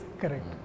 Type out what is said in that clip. Correct